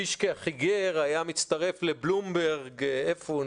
פישקה החיגר היה מצטרף לבלומברג איפה הוא?